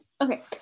okay